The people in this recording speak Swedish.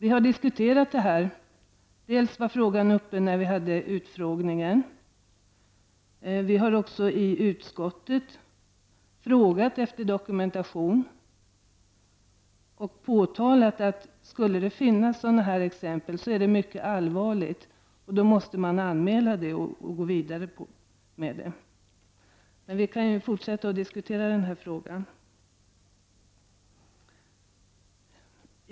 I utskottet har vi frågat efter dokumentation och sagt att det vore mycket allvarligt om det verkligen finns exempel på det som Ragnhild Pohanka talar om. Sådant måste ju anmälas, så att man kan utreda fallen vidare. Den här frågan kan vi fortsätta att diskutera senare.